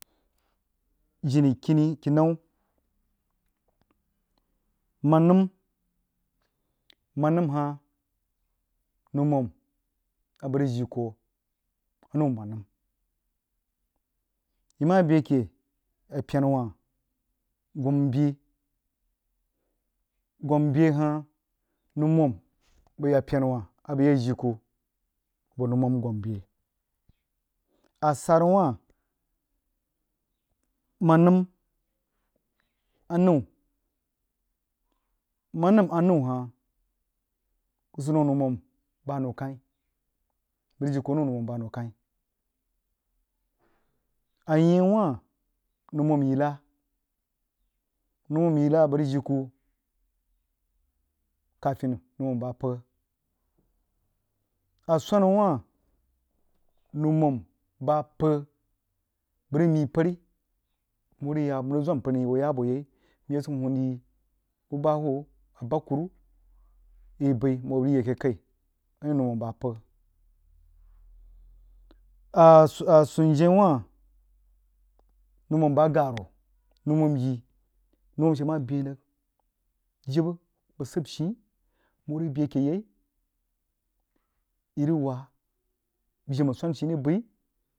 Jini kini kinau mannəm, mennən hah noumum a bəg jii kuh a nəu mannən yi mah bəi akeh a pyena wah gu’mbe, gumbe hah noumum bəg yag pyena wah a bəg yah rig jii kuh abo nou mum gumbe a sara wah maməm a nou mannən anəu hah kuh sib daun noumum bah noukai bəg rig ji kuh a nou noumum bah noumum noukai a nyeh wah noumum yilla noumum yilla bəg rig jii kuh taafin noumum bah bəghah a swana wah noumum bah pəaya bəg ri myii pəri nhoo rig yah mrig zwam pəri yi hoo yah bo yai bəg yah sid hnvn yi buba hubbi abakuru yi bəi nho rig yi yi akeh kəi aanou noumum bah pəgya ah sunjnyeh wah noumum bah- garo noumum yi noumum she mah ben rig jibə bəg sijshii nhoo rig bəg bəi akeh yai yi rig waah jima swan shi rig bəa.